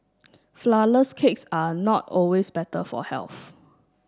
Flourless cakes are not always better for health